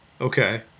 Okay